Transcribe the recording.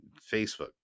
Facebook